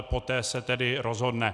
Poté se tedy rozhodne.